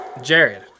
Jared